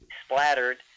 splattered